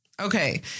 Okay